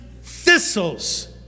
thistles